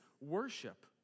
worship